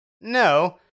no